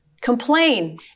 complain